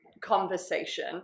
conversation